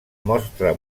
mostra